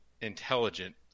Intelligent